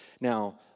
Now